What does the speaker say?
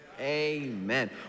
Amen